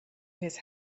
his